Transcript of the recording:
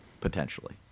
potentially